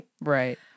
Right